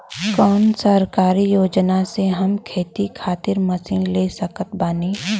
कौन सरकारी योजना से हम खेती खातिर मशीन ले सकत बानी?